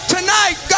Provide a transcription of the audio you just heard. Tonight